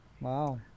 Wow